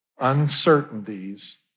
uncertainties